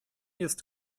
jest